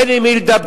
אין עם מי לדבר,